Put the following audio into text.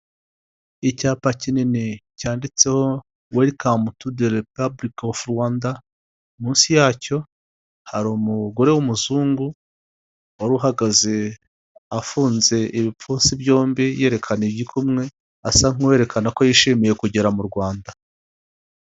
Icyapa kinini cyanditseho welikamu tu de ripabulike ofu Rwanda, munsi yacyo hari umugore w'umuzungu, wari uhagaze afunze ibipfunsi byombi yerekana igikumwe asa nk'uwerekana ko yishimiye kugera mu Rwanda.